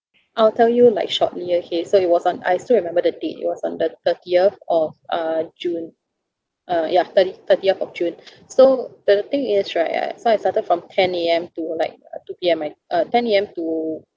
I'll tell you like shortly okay so it was on I still remember the date it was on the thirtieth of uh june uh yeah thirti~ thirtieth of june so but the thing is right so I started from ten A_M to like uh two P_M I uh ten A_M to